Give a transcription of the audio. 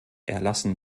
erlassen